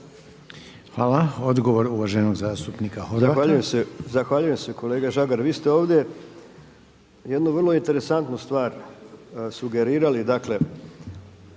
Horvata. **Horvat, Mile (SDSS)** Zahvaljujem kolega Žagar. Vi ste ovdje jednu vrlo interesantnu stvar sugerirali,